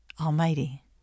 Almighty